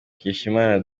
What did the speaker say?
mukeshimana